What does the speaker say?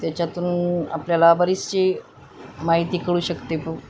त्याच्यातून आपल्याला बरीचशी माहिती कळू शकते प